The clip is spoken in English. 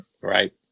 Right